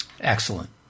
Excellent